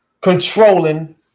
controlling